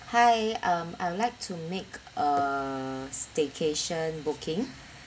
hi um I would like to make a staycation booking